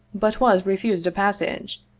but was refused a passage,